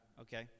Okay